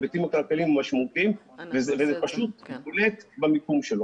ההיבטים הכלכליים הם משמעותיים וזה פשוט בולט במיקום שלו.